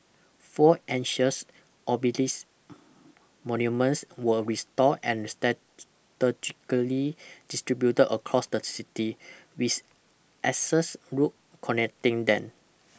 four ancient obelisk monuments were restored and strategically distributed across the city with axial s roads connecting them